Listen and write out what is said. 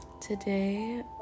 today